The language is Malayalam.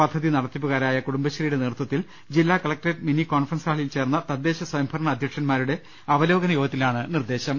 പദ്ധതി നടത്തിപ്പുകാരായ കുടുംബശ്രീയുടെ നേതൃത്വത്തിൽ ജില്ലാ കളക്ടറേറ്റ് മിനി കോൺഫറൻസ് ഹാളിൽ ചേർന്ന തദ്ദേശ സ്വയംഭരണ അധ്യക്ഷൻമാരുടെ അവലോകന യോഗത്തിലാണ് നിർദേശം